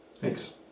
Thanks